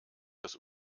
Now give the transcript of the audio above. das